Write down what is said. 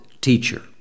teacher